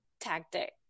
tactic